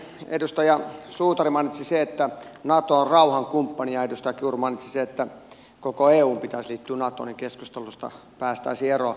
edustaja suutari mainitsi sen että nato on rauhankumppani ja edustaja kiuru mainitsi sen että koko eun pitäisi liittyä natoon ja niin keskustelusta päästäisiin eroon